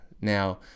now